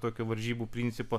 tokių varžybų principą